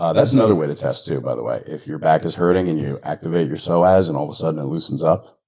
ah that's another way to test too, by the way, if you're back is hurting and you activate your so psoas, and all of a sudden it loosens up?